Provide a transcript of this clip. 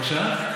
בבקשה?